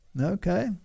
Okay